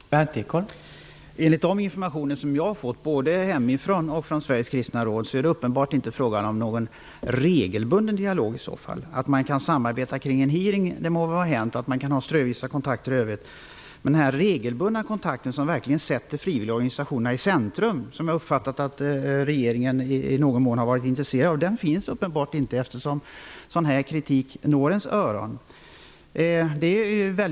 Herr talman! Enligt de informationer jag har fått, både hemifrån och från Sveriges kristna råd, är det uppenbarligen inte fråga om någon regelbunden dialog. Att man kan samarbeta kring en hearing och ha kontakter strövis, det må vara hänt. Men den regelbundna kontakten, som verkligen sätter frivilligorganisationerna i centrum finns uppenbarligen inte, eftersom kritik av detta slag når ens öron. Jag har uppfattat att regeringen i någon mån har varit intresserad av att sätta frivilligorganisationerna i centrum.